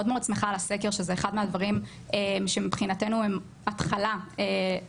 מאוד מאוד שמחה על הסקר שזה אחד מהדברים שמבחינתנו הם התחלה לשיתוף